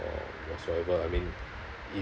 or whatsoever I mean